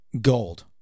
gold